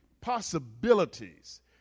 possibilities